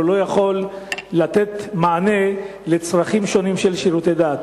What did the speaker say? לא יכול לתת מענה לצרכים שונים של שירותי דת.